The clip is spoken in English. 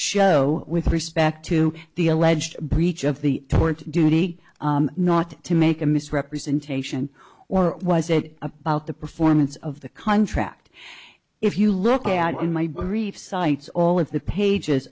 show with respect to the alleged breach of the current duty not to make a misrepresentation or was it about the performance of the contract if you look at in my brief cites all of the pages